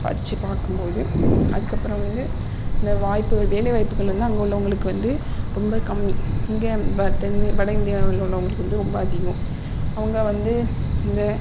வச்சு பார்க்கும் போது அதுக்கு அப்புறம் வந்து இந்த வாய்ப்புகள் வேலை வாய்ப்புகள் வந்து அங்கே உள்ளவர்களுக்கு வந்து ரொம்ப கம்மி இங்கே வ தென்னு வட இந்தியாவில் உள்ளவர்களுக்கு வந்து ரொம்ப அதிகம் அவங்க வந்து இந்த